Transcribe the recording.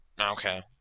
Okay